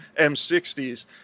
M60s